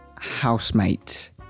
housemate